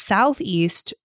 Southeast